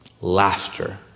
Laughter